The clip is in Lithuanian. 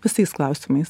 visais klausimais